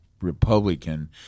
Republican